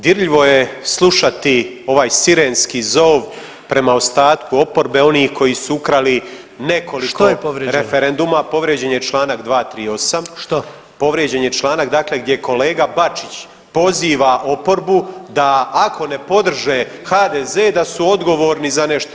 Dirljivo je slušati ovaj sirenski zov prema ostatku oporbe onih koji su ukrali nekoliko referenduma, [[Upadica: Što je povrijeđeno?]] Povrijeđen je čl. 238, [[Upadica: Što?]] Povrijeđen je članak dakle gdje kolega Bačić poziva oporbu da ako ne podrže HDZ da su odgovorni za nešto.